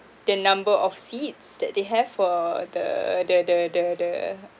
the number of seats that they have uh the the the the the